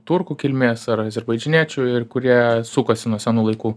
turkų kilmės ar azerbaidžaniečių ir kurie sukasi nuo senų laikų